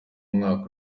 umwaka